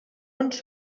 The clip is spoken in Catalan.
ens